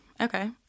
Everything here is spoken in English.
okay